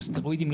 כמו סטרואידים.